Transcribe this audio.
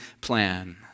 plan